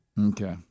Okay